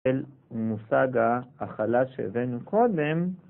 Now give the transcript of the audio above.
של מושג ההכלה שהבאנו קודם.